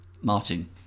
Martin